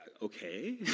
okay